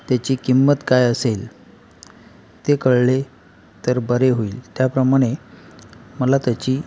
त्याची किंमत काय असेल ते कळले तर बरे होईल त्याप्रमाणे मला त्याची